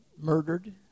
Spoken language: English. murdered